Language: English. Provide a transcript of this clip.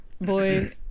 boy